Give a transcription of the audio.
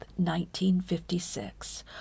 1956